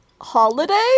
holiday